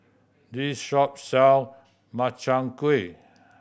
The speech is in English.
this shop sell Makchang Gui